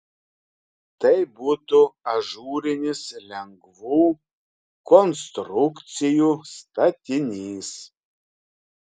tai būtų ažūrinis lengvų konstrukcijų statinys